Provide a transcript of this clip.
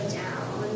down